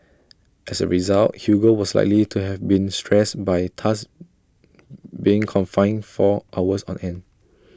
as A result Hugo was likely to have been stressed by thus being confined for hours on end